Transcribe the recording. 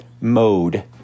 mode